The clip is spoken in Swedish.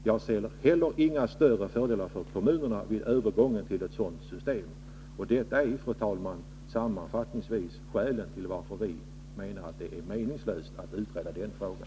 Jag ser heller inga större fördelar för kommunerna vid övergången till ett sådant system.” Detta är, fru talman, grunden till att vi menar att det är meningslöst att utreda den frågan.